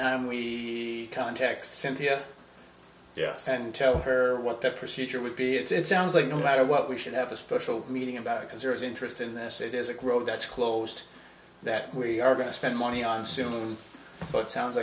time we context cynthia and tell her what the procedure would be it's it sounds like no matter what we should have a special meeting about it because there is interest in this it is a growth that's closed that we are going to spend money on soon but it sounds